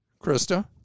Krista